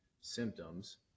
symptoms